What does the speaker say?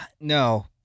No